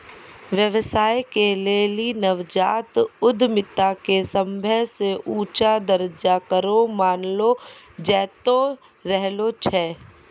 व्यवसाय के लेली नवजात उद्यमिता के सभे से ऊंचा दरजा करो मानलो जैतो रहलो छै